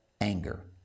anger